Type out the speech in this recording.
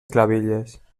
clavilles